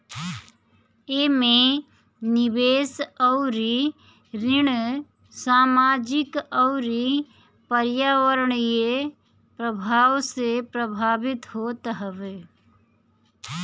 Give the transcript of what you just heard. एमे निवेश अउरी ऋण सामाजिक अउरी पर्यावरणीय प्रभाव से प्रभावित होत हवे